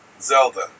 Zelda